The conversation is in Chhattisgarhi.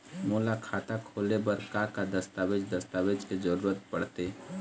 मोला खाता खोले बर का का दस्तावेज दस्तावेज के जरूरत पढ़ते?